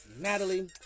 Natalie